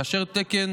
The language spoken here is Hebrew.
ותקן